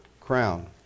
crown